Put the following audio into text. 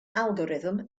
algorithm